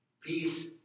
Peace